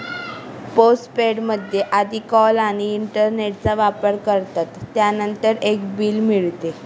postpaid मध्ये आधी call आणि इंटरनेटचा वापर करतात, त्यानंतर एक बिल मिळते